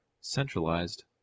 centralized